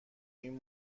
این